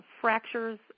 fractures